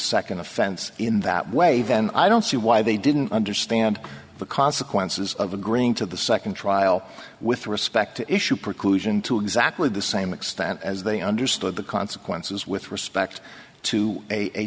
second offense in that way then i don't see why they didn't understand the consequences of agreeing to the second trial with respect issue preclusion to exactly the same extent as they understood the consequences with respect to a